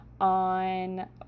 on